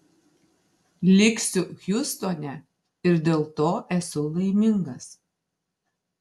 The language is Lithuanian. liksiu hjustone ir dėl to esu laimingas